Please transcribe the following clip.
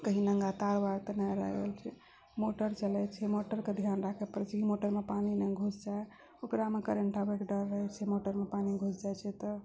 कहीं नङ्गा तार वार तऽ नहि रहि गेल छै मोटर चलै छै मोटरके ध्यान राखै पड़े छै कि कहीं मोटरमे पानि नहि घुसि जाइ ओकरामे करेण्ट आबैके डर रहै छै मोटरमे पानि घुसि जाइछै तऽ